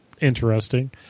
Interesting